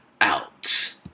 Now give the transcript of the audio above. out